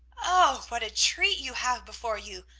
oh, what a treat you have before you!